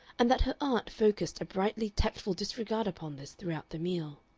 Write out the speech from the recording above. and that her aunt focussed a brightly tactful disregard upon this throughout the meal.